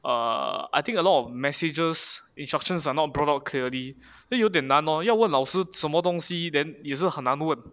uh I think a lot of messages instructions are not brought out clearly then 有点难 lor 要问老师什么东西 then 也是很难问